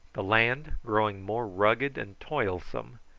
the land growing more rugged and toilsome,